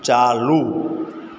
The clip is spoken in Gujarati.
ચાલુ